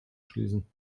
schließen